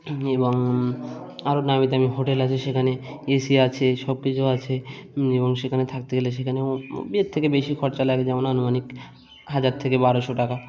এবং আরও নামি দামি হোটেল আছে সেখানে এ সি আছে সব কিছু আছে এবং সেখানে থাকতে গেলে সেখানেও এর থেকে বেশি খরচা লাগে যেমন আনুমানিক হাজার থেকে বারোশো টাকা